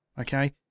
Okay